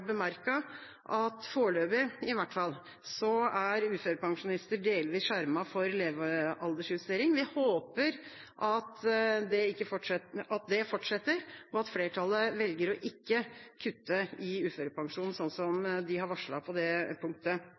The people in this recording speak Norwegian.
har bemerket at i hvert fall foreløpig er uførepensjonister delvis skjermet for levealdersjustering. Vi håper at det fortsetter, og at flertallet velger å ikke kutte i uførepensjonen, som man har varslet på det punktet.